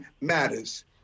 matters